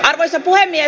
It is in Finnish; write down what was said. arvoisa puhemies